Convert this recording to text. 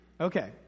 Okay